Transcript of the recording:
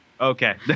Okay